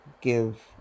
give